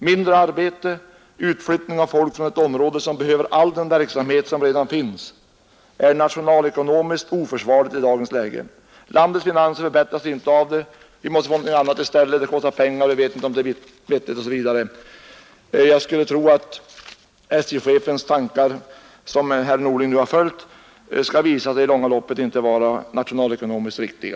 Mindre arbete och utflyttning av folk från ett område som behöver all den verksamhet som redan finns är nationalekonomiskt oförsvarligt i dagens läge. Landets finanser förbättras inte av det — vi måste få något annat i stället, och det kostar pengar. Vi vet inte på förhand om det är vettigt osv. Jag skulle tro att SJ-chefens tankar, som herr Norling nu har följt, i det långa loppet inte kommer att vara nationalekonomiskt riktiga.